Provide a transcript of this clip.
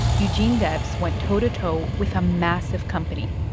eugene debs went toe-to-toe with a massive company,